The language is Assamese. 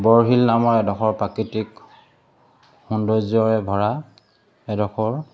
বৰশিল নামৰ এডোখৰ প্ৰাকৃতিক সৌন্দৰ্যৰে ভৰা এডোখৰ